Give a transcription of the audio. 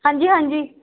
ਹਾਂਜੀ ਹਾਂਜੀ